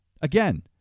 Again